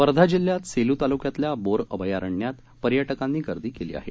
वर्धा जिल्ह्यातसेल्ताल्क्यातल्याबोरअभयारण्यातपर्यटकांनी गर्दी केली आहे